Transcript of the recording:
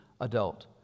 adult